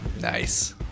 Nice